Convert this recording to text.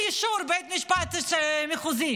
באישור בית משפט מחוזי.